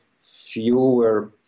fewer